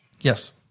Yes